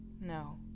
No